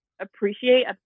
appreciate